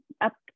up